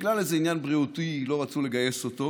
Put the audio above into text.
בגלל איזה עניין בריאותי לא רצו לגייס אותו,